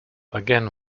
again